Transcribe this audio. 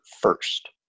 first